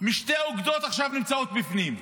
משתי אוגדות נמצאות עכשיו בפנים,